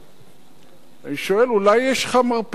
אני שואל: אולי יש לך מרפא למחלה הזאת?